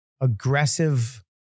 aggressive